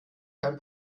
kein